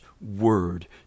word